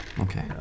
Okay